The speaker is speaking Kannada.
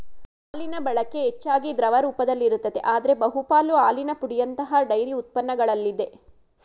ಹಾಲಿನಬಳಕೆ ಹೆಚ್ಚಾಗಿ ದ್ರವ ರೂಪದಲ್ಲಿರುತ್ತದೆ ಆದ್ರೆ ಬಹುಪಾಲು ಹಾಲಿನ ಪುಡಿಯಂತಹ ಡೈರಿ ಉತ್ಪನ್ನಗಳಲ್ಲಿದೆ